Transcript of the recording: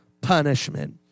punishment